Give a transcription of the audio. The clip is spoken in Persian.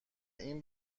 این